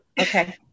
Okay